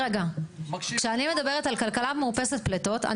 כשאנחנו מדברים על כלכלה מאופסת פליטות,